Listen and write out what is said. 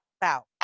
bow